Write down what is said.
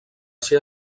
ser